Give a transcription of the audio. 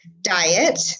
Diet